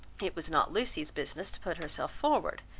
it was not lucy's business to put herself forward,